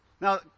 Now